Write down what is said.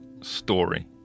story